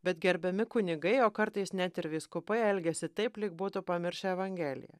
bet gerbiami kunigai o kartais net ir vyskupai elgiasi taip lyg būtų pamiršę evangeliją